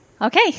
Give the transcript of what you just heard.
Okay